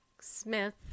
Smith